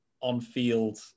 on-field